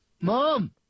mom